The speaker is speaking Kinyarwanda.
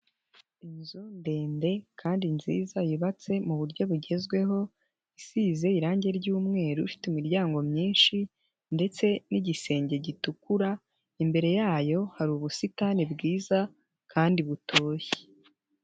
Inzu ndende kandi nziza yubatse mu buryo bugezweho, isize irangi ry'umweru, ifite imiryango myinshi ndetse n'igisenge gitukura, imbere yayo hari ubusitani bwiza kandi butoshye.